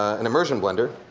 an immersion blender